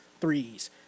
threes